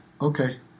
okay